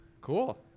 Cool